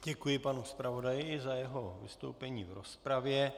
Děkuji panu zpravodaji za jeho vystoupení v rozpravě.